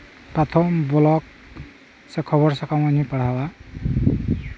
ᱯᱨᱟᱛᱷᱚᱢᱤᱠ ᱵᱞᱚᱠ ᱥᱮ ᱠᱷᱚᱵᱚᱨ ᱥᱟᱠᱟᱢ ᱦᱚᱸᱧ ᱯᱟᱲᱦᱟᱣᱟ